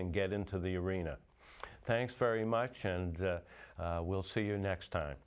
and get into the arena thanks very much and we'll see you next time